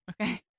Okay